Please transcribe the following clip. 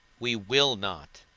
we will not.